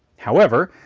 however,